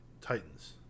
Titans